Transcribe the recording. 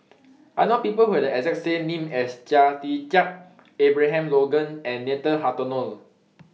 I know People Who Have The exact name as Chia Tee Chiak Abraham Logan and Nathan Hartono